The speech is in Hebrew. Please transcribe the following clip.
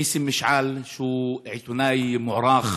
ניסים משעל, שהוא עיתונאי מוערך,